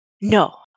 No